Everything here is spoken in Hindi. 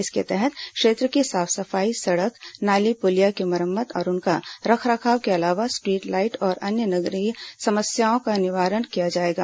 इसके तहत क्षेत्र की साफ सफाई सड़क नाली पुलियों की मरम्रत और उनका रखरखाव के अलावा स्ट्रीट लाइट और अन्य नगरीय समस्याओं का निवारण किया जाएगा